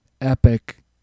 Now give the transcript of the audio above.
epic